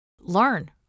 learn